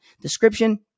description